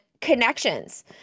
connections